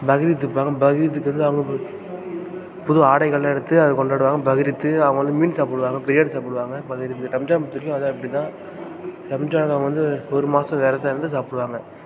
பக்ரீத்து வைப்பாங்க பக்ரீத்துக்கு வந்து அவங்க புது ஆடைகளெலாம் எடுத்து அது கொண்டாடுவாங்க பக்ரீத்து அவங்க வந்து மீன் சாப்பிடுவாங்க பிரியாணி சாப்பிடுவாங்க பக்ரீத்துக்கு ரம்ஜான் பொறுத்தவரைக்கும் அது அப்படிதான் ரம்ஜான் அவங்க வந்து ஒரு மாதம் விரதம் இருந்து சாப்பிடுவாங்க